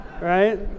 Right